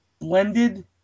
blended